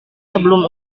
sebelum